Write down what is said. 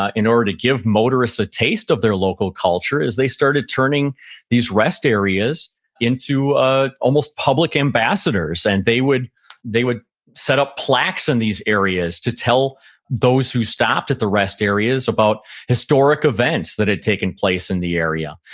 ah in order to give motorists a taste of their local culture, is they started turning these rest areas into ah almost public ambassadors and they would they would set up plaques in these areas to tell those who stopped at the rest areas about historic events that had taken place in the area.